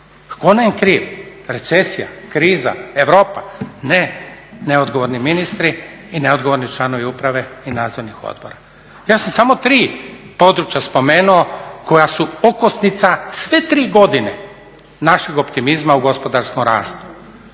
Tko nam je kriv? Recesija, kriza, Europa? Ne, neodgovorni ministri i neodgovorni članovi uprave i nadzornih odbora. Ja sam samo tri područja spomenuo koja su okosnica sve tri godine našeg optimizma u gospodarskom rastu